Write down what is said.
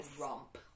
romp